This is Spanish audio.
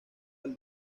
del